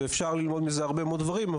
ואפשר ללמוד מזה הרבה מאוד דברים,